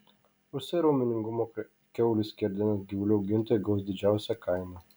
už s raumeningumo kiaulių skerdenas gyvulių augintojai gaus didžiausią kainą